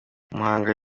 muhanga